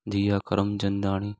Diya Karamchandani